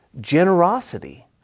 generosity